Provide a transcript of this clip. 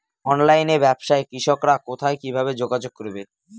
অনলাইনে ব্যবসায় কৃষকরা কোথায় কিভাবে যোগাযোগ করবে?